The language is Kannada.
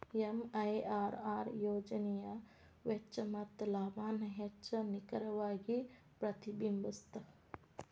ಎಂ.ಐ.ಆರ್.ಆರ್ ಯೋಜನೆಯ ವೆಚ್ಚ ಮತ್ತ ಲಾಭಾನ ಹೆಚ್ಚ್ ನಿಖರವಾಗಿ ಪ್ರತಿಬಿಂಬಸ್ತ